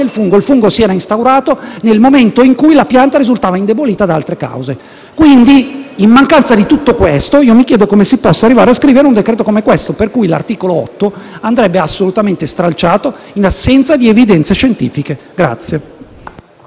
del fungo, il quale si era insediato nel momento in cui la pianta risultava indebolita da altre cause. In mancanza di tutto questo, mi chiedo come si possa arrivare a scrivere un provvedimento come questo, per cui l'articolo 8 andrebbe assolutamente stralciato in assenza di evidenze scientifiche.